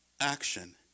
action